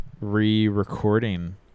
re-recording